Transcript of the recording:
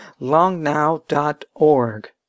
longnow.org